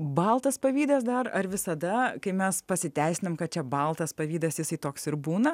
baltas pavydas dar ar visada kai mes pasiteisiname kad čia baltas pavydas jis toks ir būna